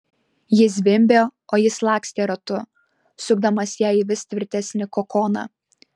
ji zvimbė o jis lakstė ratu sukdamas ją į vis tvirtesnį kokoną